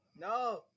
No